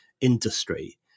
industry